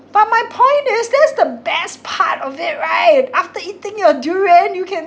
but my point is that's the best part of it right after eating your durian you can